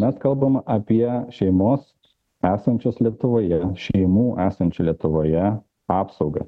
mes kalbam apie šeimos esančios lietuvoje šeimų esančių lietuvoje apsaugą